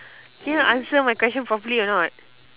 can you answer my question properly or not